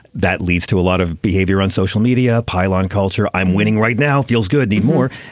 that leads to a lot of behavior on social media pylon culture. i'm winning right now. feels good anymore.